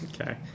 okay